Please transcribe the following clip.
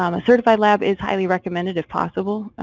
um a certified lab is highly recommended if possible.